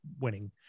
winning